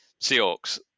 Seahawks